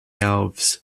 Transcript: elves